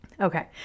Okay